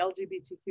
LGBTQ